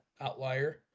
outlier